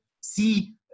see